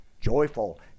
joyful